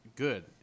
good